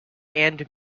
and